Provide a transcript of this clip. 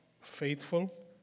faithful